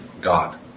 God